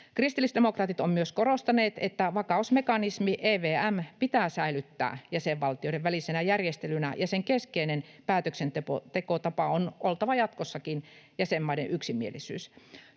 Kristillisdemokraatit ovat myös korostaneet, että vakausmekanismi EVM pitää säilyttää jäsenvaltioiden välisenä järjestelynä ja sen keskeisenä päätöksentekotapana on oltava jatkossakin jäsenmaiden yksimielisyys.